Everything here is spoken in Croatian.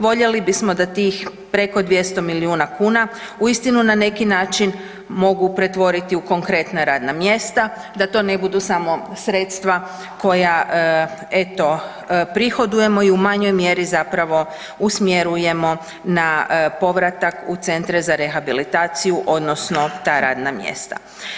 Voljeli bismo da tih preko 200 milijuna kuna uistinu na neki način mogu pretvoriti u konkretna radna mjesta, da to ne budu samo sredstva koja eto prihodujemo i u manjoj mjeri zapravo usmjerujemo na povratak u centre za rehabilitaciju odnosno ta radna mjesta.